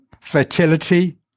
Fertility